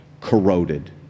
corroded